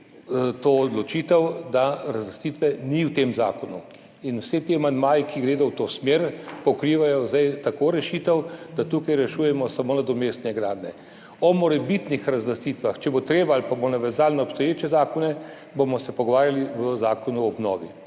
to odločitev, da razlastitve ni v tem zakonu in vsi ti amandmaji, ki gredo v to smer pokrivajo zdaj tako rešitev, da tukaj rešujemo samo nadomestne gradnje. O morebitnih razlastitvah, če bo treba ali pa bo na vezali na obstoječe zakone, bomo se pogovarjali o Zakonu o obnovi.